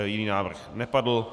Jiný návrh nepadl.